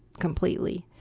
completely.